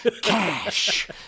Cash